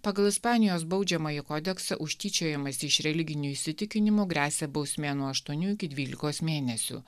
pagal ispanijos baudžiamąjį kodeksą už tyčiojimąsi iš religinių įsitikinimų gresia bausmė nuo aštuonių iki dvylikos mėnesių